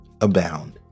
abound